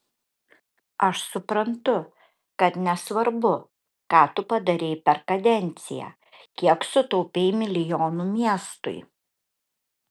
aš suprantu kad nesvarbu ką tu padarei per kadenciją kiek sutaupei milijonų miestui